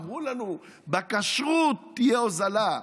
אמרו לנו: בכשרות תהיה ההוזלה,